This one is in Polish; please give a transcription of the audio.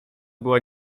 była